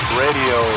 radio